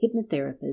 hypnotherapist